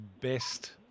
best